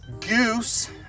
Goose